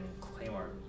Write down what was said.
Claymore